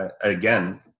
again